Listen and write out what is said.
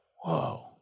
whoa